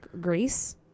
Greece